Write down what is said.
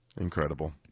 Incredible